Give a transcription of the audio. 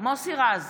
מוסי רז,